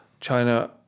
China